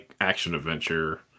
action-adventure